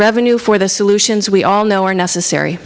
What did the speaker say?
revenue for the solutions we all know are necessary